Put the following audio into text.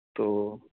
تو